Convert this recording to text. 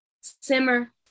simmer